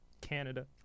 Canada